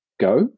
go